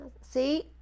See